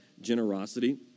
generosity